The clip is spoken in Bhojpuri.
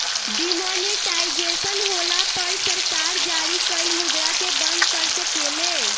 डिमॉनेटाइजेशन होला पर सरकार जारी कइल मुद्रा के बंद कर सकेले